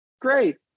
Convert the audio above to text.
Great